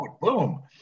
boom